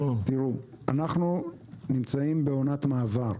אנחנו נמצאים בעונת מעבר.